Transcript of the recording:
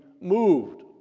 moved